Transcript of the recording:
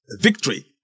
victory